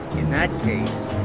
in that case.